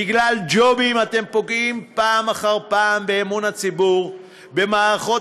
בגלל ג'ובים אתם פוגעים שוב באמון הציבור במערכות